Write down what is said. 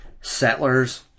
Settlers